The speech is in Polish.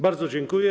Bardzo dziękuję.